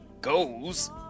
goes